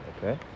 Okay